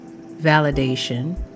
validation